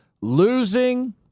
losing